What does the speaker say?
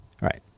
Right